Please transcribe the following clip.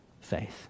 faith